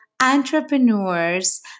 entrepreneurs